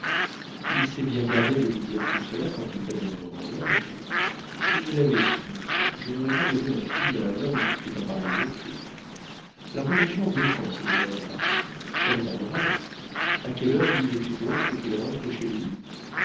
il s'est bien gardé de nous dire tout cela quand il t'a demandée en mariage si je l'avais su je n'aurais pas donné ma fille à un homme qui fait un pareil métier la religion défend ces horreurs là ça n'est pas moral a quelle heure nous disais-tu donc qu'il rentre chez lui